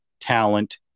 talent